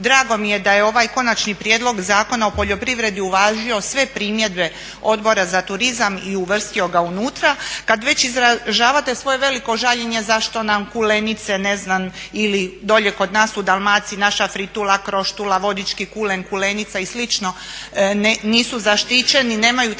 Drago mi je da je ovaj Konačni prijedlog Zakona o poljoprivredi uvažio sve primjedbe Odbora za turizam i uvrstio ga unutra. Kada već izražavate svoje veliko žaljenje zašto nam kulenice ne znam ili dolje kod nas u Dalmaciji naša fritula, kroštula, vodički kulen, kulenica i slično nisu zaštićeni, nemaju oznaku